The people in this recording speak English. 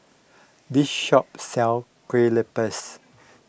this shop sells Kue Lupis